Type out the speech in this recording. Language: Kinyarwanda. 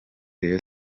rayon